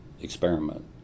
experiment